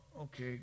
okay